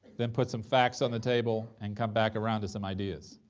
then put some facts on the table, and come back around to some ideas,